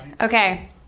Okay